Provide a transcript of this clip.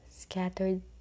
scattered